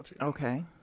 Okay